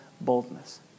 boldness